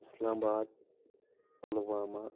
اسلام باد پلواما